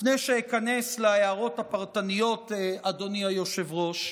לפני שאיכנס להערות הפרטניות, אדוני היושב-ראש,